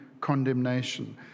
condemnation